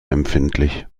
empfindlich